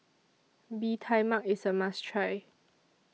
Bee Tai Mak IS A must Try